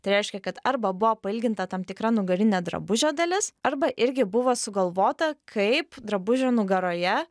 tai reiškia kad arba buvo pailginta tam tikra nugarinė drabužio dalis arba irgi buvo sugalvota kaip drabužio nugaroje